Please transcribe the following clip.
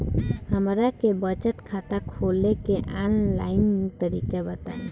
हमरा के बचत खाता खोले के आन लाइन तरीका बताईं?